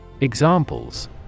Examples